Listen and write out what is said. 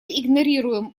игнорируем